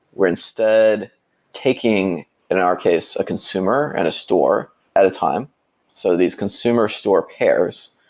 we're instead taking in our case a consumer and a store at a time so these consumer store pairs.